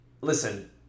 listen